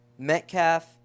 metcalf